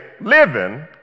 living